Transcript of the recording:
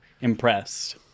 impressed